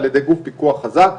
על ידי גוף פיקוח חזק.